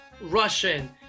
Russian